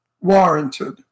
warranted